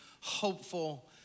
Hopeful